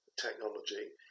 technology